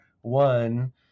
one